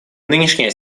нынешняя